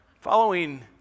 following